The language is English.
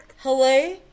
hello